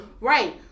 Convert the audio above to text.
right